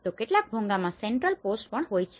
તો કેટલાક ભોંગામાં સેન્ટ્રલ પોસ્ટ પણ હોઈ છે